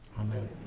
amen